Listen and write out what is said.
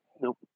Nope